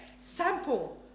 sample